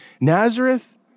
Nazareth